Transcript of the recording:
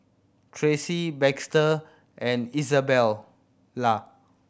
Tracie Baxter and Izabella